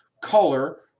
color